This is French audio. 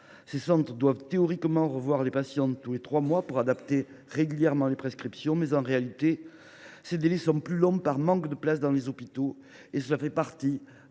Ces structures doivent théoriquement revoir les patients tous les trois mois pour adapter régulièrement les prescriptions. En pratique, ces délais sont plus longs par manque de place dans les hôpitaux. Cela fait partie